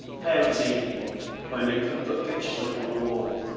parent's evening when they put put pictures up on the walls.